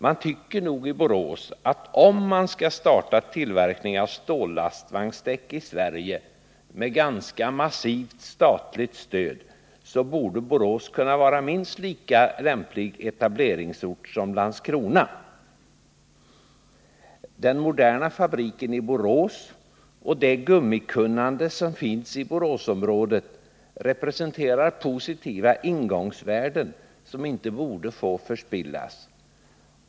Man tycker nog i Borås, att om tillverkning av stållastvagnsdäck skall startas i Sverige med ganska massivt statligt stöd, så borde Borås kunna vara minst lika lämplig etableringsort som Landskrona. Den moderna fabriken i Borås och det gummikunnande som finns i Boråsområdet representerar positiva ingångsvärden som inte borde få förspillas.